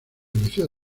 liceo